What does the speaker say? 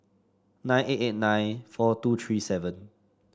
nine eight eight nine four two three seven